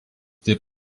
taip